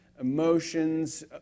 emotions